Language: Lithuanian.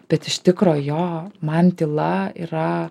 bet iš tikro jo man tyla yra